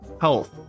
health